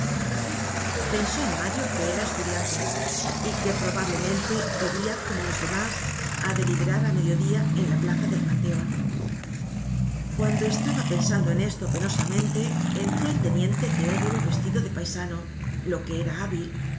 pensó en mario que era estudiante y que probablemente iria como los demás á deliberar á medio dia en la plaza del panteon guando estaba pensando en esto penosamente entró el teniente teodulo vestido de paisano lo que era hábil